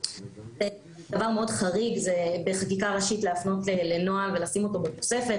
זה דבר מאוד חריג בחקיקה ראשית להפנות לנוהל ולשים אותו בתוספת,